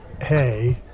hey